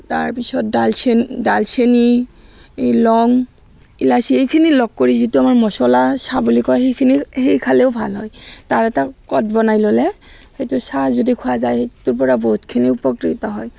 তাৰপিছত দালচেন দালচেনি লং ইলাচি এইখিনি লগ কৰি আমাৰ যিটো মচলা চাহ বুলি কয় সেইখিনি সেই খালেও ভাল হয় তাৰ এটা কট বনাই ল'লে সেইটো চাহ যদি খোৱা যায় সেইটো পৰাও বহুতখিনি উপকৃত হয়